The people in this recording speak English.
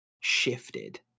shifted